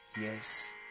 Yes